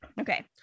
okay